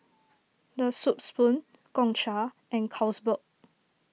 the Soup Spoon Gongcha and Carlsberg